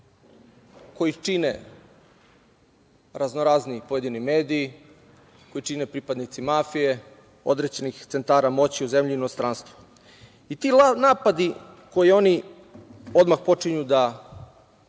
koji čine raznorazni pojedini mediji, koji čine pripadnici mafije određenih centara moći u zemlji i inostranstvu. Ti napadi koje oni odmah počinju da